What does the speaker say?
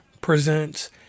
presents